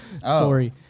Sorry